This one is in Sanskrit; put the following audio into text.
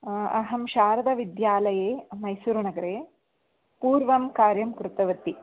अहं शारदाविद्यालये मैसूरुनगरे पूर्वं कार्यं कृतवती